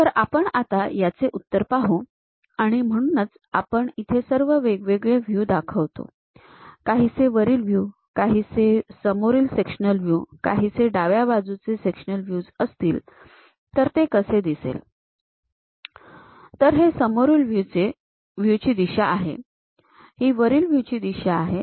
तर आपण आता याचे उत्तर पाहू आणि म्हणूनच आपण इथे सर्व वेगवेगळे व्ह्यू दाखवतो काहीसे वरील व्ह्यू काहीसे समोरील सेक्शनल व्ह्यू आणि काहीसे डाव्या बाजूचे सेक्शनल व्ह्यूज असतील तर तर ते कसे दिसेल तर हे समोरील व्ह्यू ची दिशा आहे हे वरील व्ह्यू ची दिशा आहे